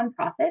nonprofit